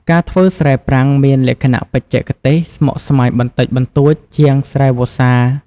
ការធ្វើស្រែប្រាំងមានលក្ខណៈបច្ចេកទេសស្មុគស្មាញបន្តិចបន្តួចជាងស្រែវស្សា។